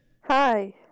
Hi